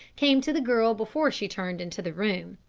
came to the girl before she turned into the room.